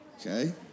Okay